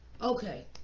okay